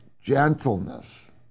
gentleness